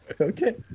Okay